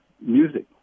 music